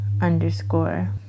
underscore